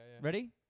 Ready